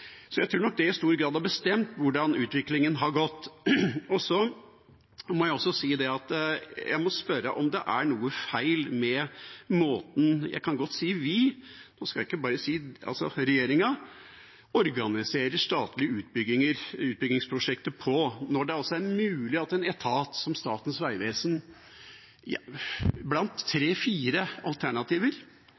i ganske stor grad har bestemt hvordan utviklingen har gått. Så må jeg sette spørsmålstegn ved måten man – jeg kan godt si vi, og ikke bare regjeringa –organiserer statlige utbyggingsprosjekter på, når det er mulig at en etat som Statens vegvesen – blant tre–fire alternativer